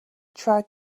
tried